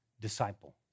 disciple